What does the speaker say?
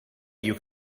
you